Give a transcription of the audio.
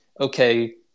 okay